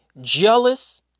jealous